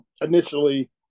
initially